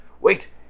Wait